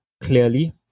clearly